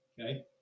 okay